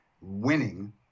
winning